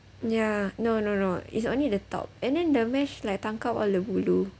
ya no no no it's only the top and then the mesh like tangkap all the bulu